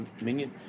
minion